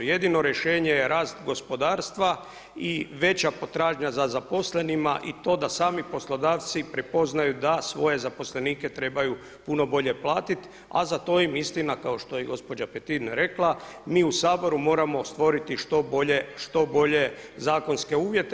Jedino rješenje je rast gospodarstva i veća potražnja za zaposlenima i to da sami poslodavci prepoznaju da svoje zaposlenike trebaju puno bolje platiti, a za to im istina kao što je i gospođa Petin rekla mi u Saboru moramo stvoriti što bolje zakonske uvjete.